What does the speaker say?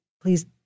please